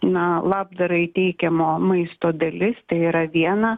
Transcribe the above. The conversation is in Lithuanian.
na labdarai teikiamo maisto dalis tai yra viena